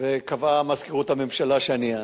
וקבעה מזכירות הממשלה שאני אענה.